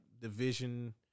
division